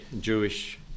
Jewish